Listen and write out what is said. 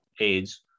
aids